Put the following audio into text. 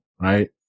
right